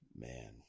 Man